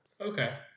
Okay